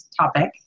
topic